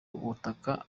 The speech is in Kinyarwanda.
ubutaka